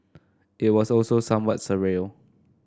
it was also somewhat surreal